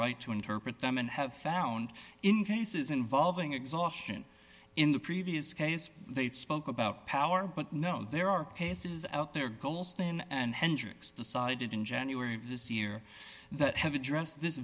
right to interpret them and have found in cases involving exhaustion in the previous case they spoke about power but know there are cases out there gholston and hendricks decided in january of this year that have addressed this